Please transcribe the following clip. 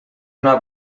una